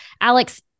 Alex